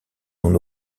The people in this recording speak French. non